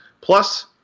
Plus